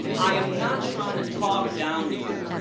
i'm not trying to talk down to you,